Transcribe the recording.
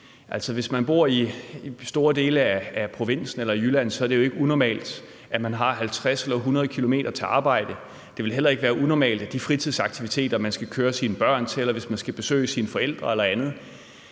hvis man bor i provinsen eller store dele af i Jylland, er det jo ikke unormalt, at man har 50 eller 100 km til arbejde. Det vil heller ikke være unormalt, at de fritidsaktiviteter, man skal køre sine børn til, eller ens forældre eller andet